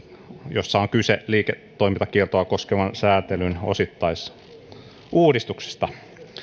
jossa on kyse liiketoimintakieltoa koskevan sääntelyn osittaisuudistuksesta